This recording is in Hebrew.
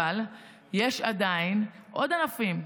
אבל יש עדיין עוד ענפים,